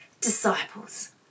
disciples